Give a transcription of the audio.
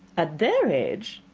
at their age?